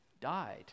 died